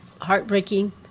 heartbreaking